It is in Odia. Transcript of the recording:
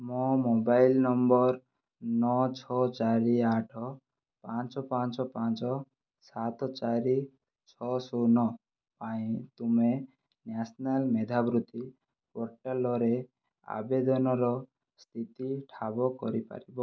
ମୋ' ମୋବାଇଲ ନମ୍ବର ନଅ ଛଅ ଚାରି ଆଠ ପାଞ୍ଚ ପାଞ୍ଚ ପାଞ୍ଚ ସାତ ଚାରି ଛଅ ଶୂନ ପାଇଁ ତୁମେ ନ୍ୟାସନାଲ୍ ମେଧାବୃତ୍ତି ପୋର୍ଟାଲରେ ଆବେଦନର ସ୍ଥିତି ଠାବ କରି ପାରିବ